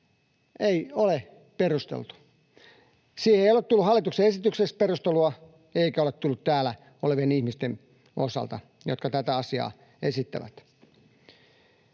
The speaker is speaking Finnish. ei ole perusteltu. Siihen ei ole tullut hallituksen esityksessä perustelua — eikä sitä ole tullut täällä olevien ihmisten osalta, jotka tätä asiaa esittävät.